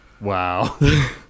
Wow